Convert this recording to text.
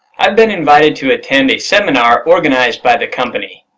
i've been invited to attend a seminar organized by the company.